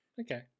Okay